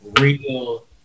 real